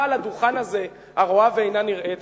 באה לדוכן הזה הרואה ואינה נראית,